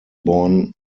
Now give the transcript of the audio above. born